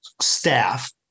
staff